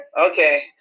okay